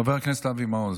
חבר הכנסת אבי מעוז.